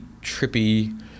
trippy